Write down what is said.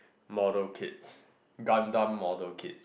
model kids gum gum model kids